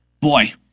boy